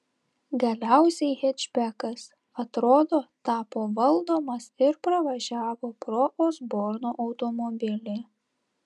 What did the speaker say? galiausiai hečbekas atrodo tapo valdomas ir pravažiavo pro osborno automobilį